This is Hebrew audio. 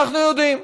אנחנו יודעים,